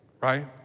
right